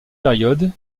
période